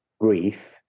brief